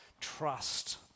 trust